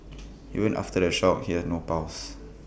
even after the shock he had no pulse